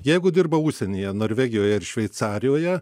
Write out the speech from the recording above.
jeigu dirba užsienyje norvegijoj ar šveicarijoje